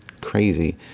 crazy